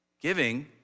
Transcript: Giving